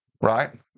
right